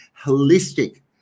holistic